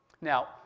Now